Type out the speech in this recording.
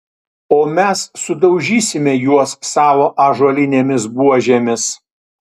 o mes sudaužysime juos savo ąžuolinėmis buožėmis